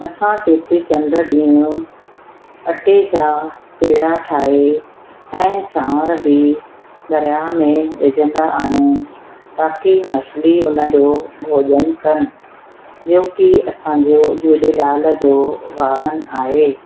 असां चेटी चंड ॾींहुं अटे जा पेड़ा ठाहे ऐं चांवर बि दरिया में विझंदा आहियूं ताकि मछली हुन जो भोॼन कनि जोकी असांजो झूलेलाल जो वाहनु आहे